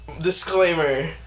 Disclaimer